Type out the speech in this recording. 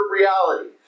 reality